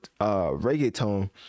reggaeton